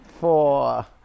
four